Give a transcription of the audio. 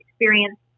experience